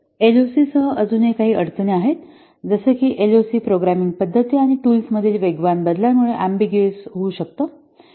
SLOC सह अजूनही काही अडचणी आहेत जसे की एसएलओसी प्रोग्रामिंग पद्धती आणि टूल्स मधील वेगवान बदलांमुळे अम्बिग्युऊस होऊ शकते